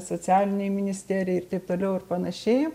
socialinei ministerijai ir taip toliau ir panašiai